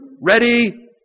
ready